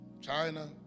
China